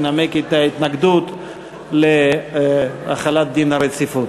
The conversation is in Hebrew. ינמק את ההתנגדות להחלת דין הרציפות.